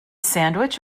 sandwich